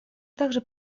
также